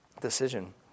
Decision